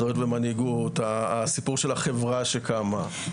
אחריות ומנהיגות, הסיפור של החברה של קמה.